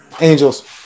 Angels